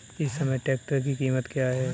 इस समय ट्रैक्टर की कीमत क्या है?